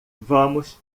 vamos